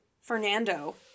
Fernando